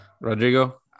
Rodrigo